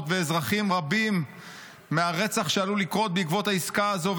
ואזרחים רבים מהרצח שעלול לקרות בעקבות העסקה הזו,